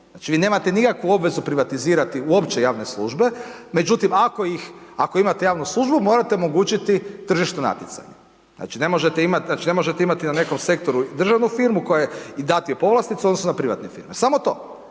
Znači vi nemate nikakvu obvezu privatizirati uopće javne službe, međutim ako ih, ako imate javnu službu morate omogućiti tržišno natjecanje. Znači ne možete imati, znači ne možete imati na nekom sektoru državnu firmu koja i dati joj povlastice u odnosu na privatne firme, samo to.